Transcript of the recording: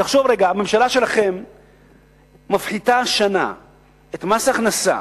תחשוב רגע, הממשלה שלכם מפחיתה השנה את מס הכנסה